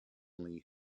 lee